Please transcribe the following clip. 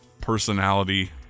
personality